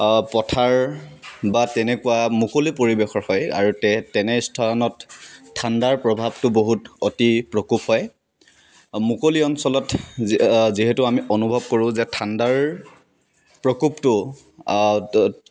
পথাৰ বা তেনেকুৱা মুকলি পৰিৱেশৰ সৈতে আৰু তেনে স্থলত ঠাণ্ডাৰ প্ৰভাৱটো বহুত অতি প্ৰকোপ হয় মুকলি অঞ্চলত যিহেতু আমি অনুভৱ কৰোঁ যে ঠাণ্ডাৰ প্ৰকোপটো ত